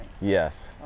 yes